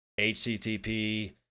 HTTP